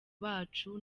bacu